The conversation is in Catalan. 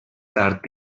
tard